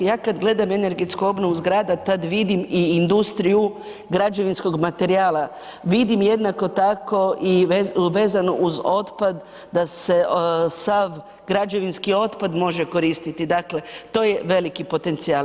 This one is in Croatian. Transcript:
Ja kad gledam energetsku obnovu zgrada tad vidim i industriju građevinskog materijala, vidim jednako tako i vezano uz otpad da se sav građevinski otpad može koristiti, dakle to je veliki potencijal.